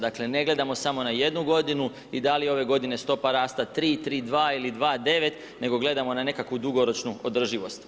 Dakle, ne gledamo samo na jednu godinu i da li ove godine stopa rasta 3, 3,2 ili 2,9 nego gledamo na nekakvu dugoročnu održivost.